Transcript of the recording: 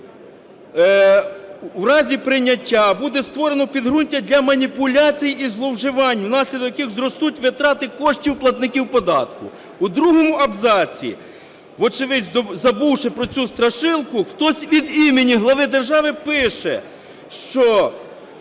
в разі прийняття буде створено підґрунтя для маніпуляцій і зловживань внаслідок яких зростуть витрати коштів платників податків. У другому абзаці, вочевидь забувши про цю страшилку, хтось від імені Глави держави пише, що